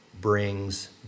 brings